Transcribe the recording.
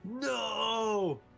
No